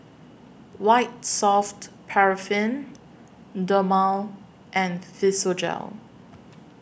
White Soft Paraffin Dermale and Physiogel